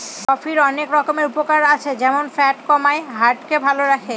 কফির অনেক রকমের উপকারে আছে যেমন ফ্যাট কমায়, হার্ট কে ভালো করে